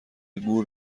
گور